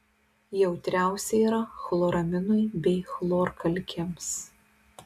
jautriausia yra chloraminui bei chlorkalkėms